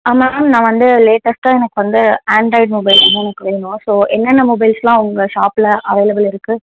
ஆ ma'am நான் வந்து லேட்டஸ்ட்டாக எனக்கு வந்து ஆண்ட்ராய்ட் மொபைல் வந்து எனக்கு வேணும் ஸோ என்னென்ன மொபைல்ஸுலாம் உங்கள் ஷாப்பில் அவைலபிள் இருக்குது